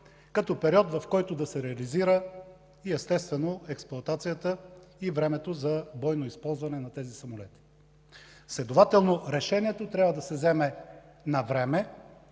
като период, в който да се реализира естествено експлоатацията и времето за бойно използване на тези самолети. Следователно, решението трябва да се вземе навреме.